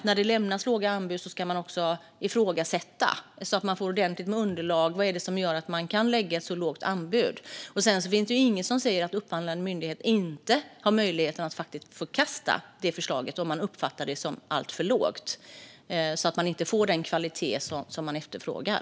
När det lämnas låga anbud ska man ifrågasätta så att man får ordentliga underlag för vad som gör att det kan läggas ett så lågt anbud. Och det finns inget som säger att upphandlande myndighet inte har möjlighet att faktiskt förkasta ett förslag som man uppfattar som alltför lågt för att man ska få den kvalitet som man efterfrågar.